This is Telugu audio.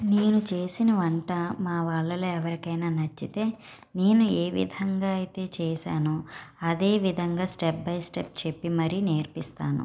నేను చేసిన వంట మా వాళ్ళల్లో ఎవరికైనా నచ్చితే నేను ఏ విధంగా అయితే చేసానో అదే విధంగా స్టెప్ బై స్టెప్ చెప్పి మరీ నేర్పిస్తాను